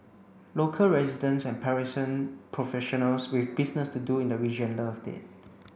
local residents and Parisian professionals with business to do in the region love it